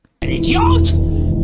Idiot